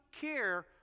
care